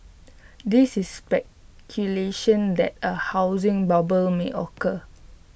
this is speculation that A housing bubble may occur